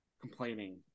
complaining